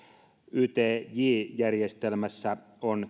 ytj ytj järjestelmässä on